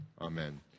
amen